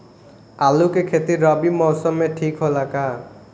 आलू के खेती रबी मौसम में ठीक होला का?